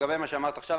לגבי מה שאמרת עכשיו,